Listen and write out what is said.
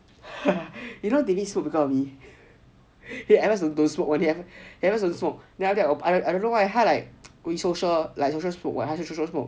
you know david smoke because of me he at first don't smoke [one] then after that I I don't know why 他 like we social smoke [what] 他是 social smoke